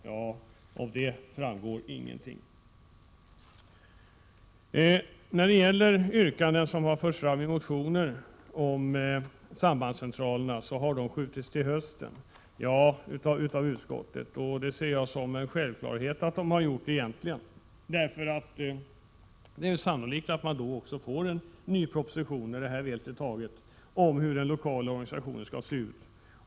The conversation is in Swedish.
Ja, därom får vi ingenting veta. Behandlingen av yrkanden som har förts fram i motioner om sambandscentralerna har av utskottet skjutits upp till hösten. Jag ser detta som en självklarhet, eftersom det är sannolikt att man när dagens beslut väl är fattade kommer att få en ny proposition, om hur den lokala organisationen skall se ut.